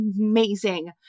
amazing